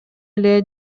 эле